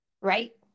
Right